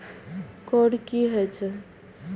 Code की होय छै?